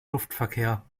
luftverkehr